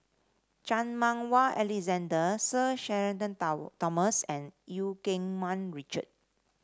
Chan Meng Wah Alexander Sir Shenton Thomas and Eu Keng Mun Richard